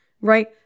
right